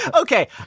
Okay